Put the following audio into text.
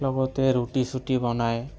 লগতে ৰুটি চুটি বনায়